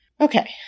Okay